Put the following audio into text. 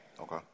Okay